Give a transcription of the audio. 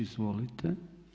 Izvolite.